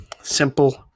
simple